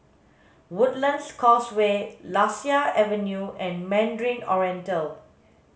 Woodlands Causeway Lasia Avenue and Mandarin Oriental